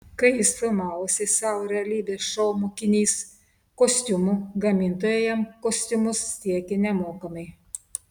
kai jis filmavosi savo realybės šou mokinys kostiumų gamintojai jam kostiumus tiekė nemokamai